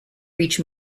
reached